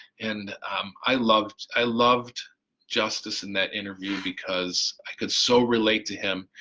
and i loved, i loved justice in that interview because i could so relate to him,